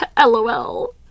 lol